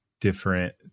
different